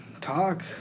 talk